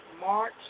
march